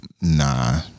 Nah